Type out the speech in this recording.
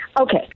Okay